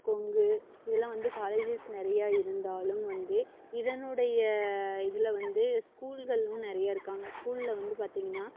கொங்கு இது எல்லாம் வந்து காலேஜஸ் நிறையா இருந்தாலும் வந்து இதனுடைய இதில் வந்து ஸ்கூல்களும் நிறையா இருக்காங்க ஸ்கூலில் வந்து பார்த்திங்கன்னா